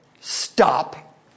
stop